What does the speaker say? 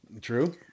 true